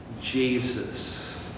Jesus